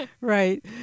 right